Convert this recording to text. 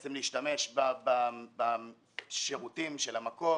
בעצם להשתמש בשירותים של המקום,